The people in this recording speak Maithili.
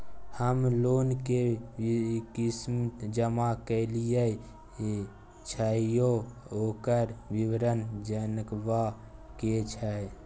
हम लोन के किस्त जमा कैलियै छलौं, ओकर विवरण जनबा के छै?